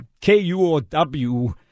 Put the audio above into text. KUOW